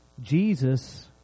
Jesus